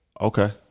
Okay